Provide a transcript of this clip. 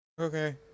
okay